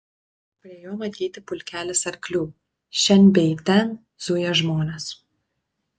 prie jo matyti pulkelis arklių šen bei ten zuja žmonės